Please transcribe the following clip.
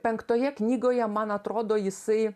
penktoje knygoje man atrodo jisai